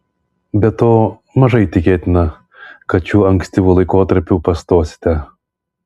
be to mažai tikėtina kad šiuo ankstyvu laikotarpiu pastosite